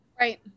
right